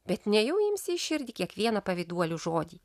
bet nejau imsi į širdį kiekvieną pavyduolių žodį